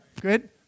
Good